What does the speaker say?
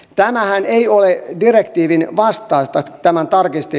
tämähän ei ole direktiivin vastaista tämän tarkistin